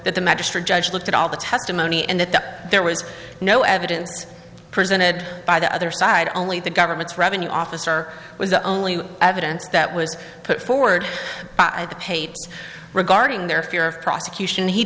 that the magistrate judge looked at all the testimony and that the there was no evidence presented by the other side only the government's revenue officer was the only evidence that was put forward by the pay regarding their fear of prosecution he